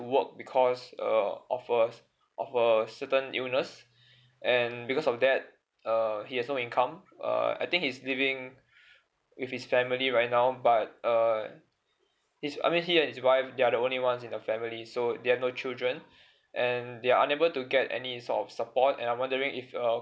work because uh of a of a certain illness and because of that err he has no income err I think he's living with his family right now but err his I mean he and his wife they are the only ones in the family so they have no children and they are unable to get any sort of support and I'm wondering if uh